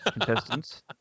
contestants